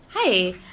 Hi